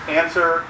answer